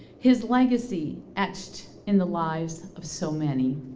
his legacy etched in the lives of so many.